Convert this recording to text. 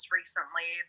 recently